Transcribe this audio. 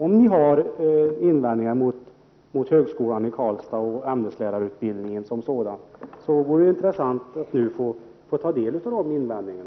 Om ni har invändningar mot högskolan i Karlstad eller ämneslärarutbildningen som sådan, så vore det intressant att få ta del av dessa invändningar.